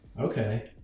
okay